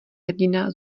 hrdina